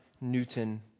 Newton